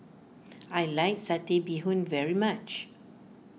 I like Satay Bee Hoon very much